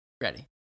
Ready